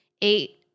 Eight